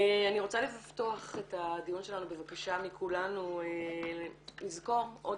אני רוצה לפתוח את הדיון שלנו בבקשה מכולנו לזכור עוד